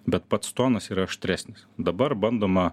bet pats tonas yra aštresnis dabar bandoma